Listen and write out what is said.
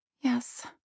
Yes